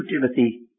Timothy